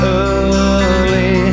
early